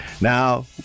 Now